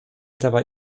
dabei